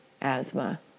asthma